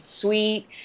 sweet